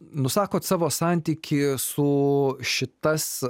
nusakot savo santykį su šitas